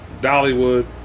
Dollywood